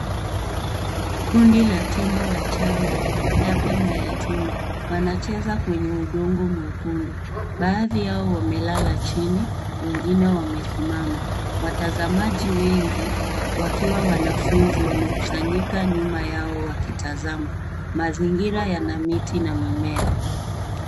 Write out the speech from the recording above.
Kundi la tembo wachanga labda mayatima wanacheza kwenye udongo mwekundu. Baadhi yao wamelala chini wengine wamesimama. Watazamaji wengi wakiwa wanafunzi wamekusanyika nyuma yao wakitazama. Mazingira yana miti na mimea.